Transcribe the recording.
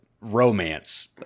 romance